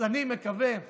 אז אני מקווה שיהיו,